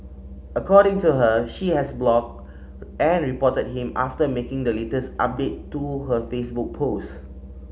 according to her she has blocked and reported him after making the latest update to her Facebook post